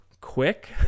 quick